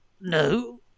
no